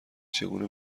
چگونه